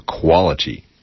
quality